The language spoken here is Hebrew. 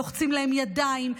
לוחצים להם ידיים,